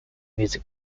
music